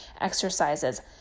exercises